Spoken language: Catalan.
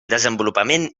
desenvolupament